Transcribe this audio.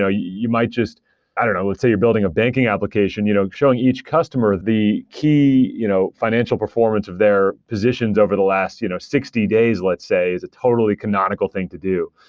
ah you might just i don't know. let's say you're building a banking application. you know showing each customer the key you know financial performance of their positions over the last you know sixty days, let's say, is totally canonical thing to do.